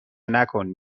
نکن